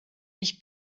ich